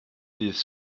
dydd